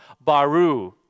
Baru